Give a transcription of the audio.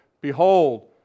Behold